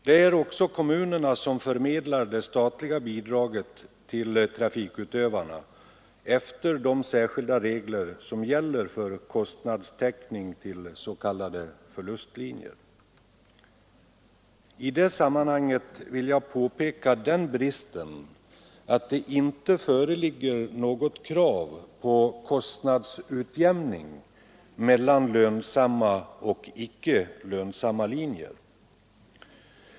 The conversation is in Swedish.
Det är också kommunerna som förmedlar det statliga bidraget till trafikutövarna efter de särskilda regler som gäller för kostnadstäckning till s.k. förlustlinjer. I det sammanhanget vill jag påpeka den bristen att det inte föreligger något krav på kostnadsutjämning mellan lönsamma och icke lönsamma linjer.